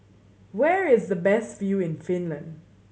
where is the best view in Finland